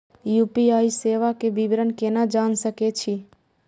UPI सेवा के विवरण केना जान सके छी?